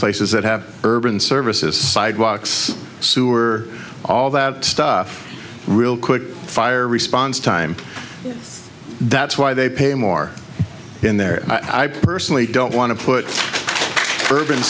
places that have urban services sidewalks sewer all that stuff real quick fire response time that's why they pay more in there i personally don't want to put her